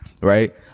right